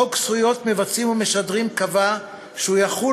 חוק זכויות מבצעים ומשדרים קבע שהוא יחול